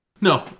No